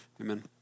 Amen